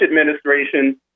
administration